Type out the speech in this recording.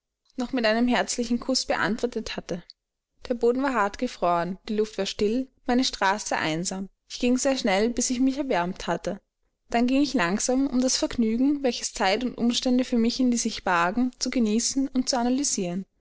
noch mit einem herzlichen kuß beantwortet hatte der boden war hart gefroren die luft war still meine straße einsam ich ging sehr schnell bis ich mich erwärmt hatte dann ging ich langsam um das vergnügen welches zeit und umstände für mich in sich bargen zu genießen und zu